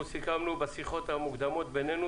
אנחנו סיכמנו בשיחות המוקדמות בינינו,